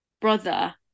brother